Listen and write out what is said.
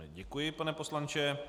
Děkuji, pane poslanče.